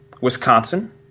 Wisconsin